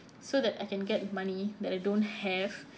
so that I can get money that I don't have